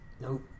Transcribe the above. Nope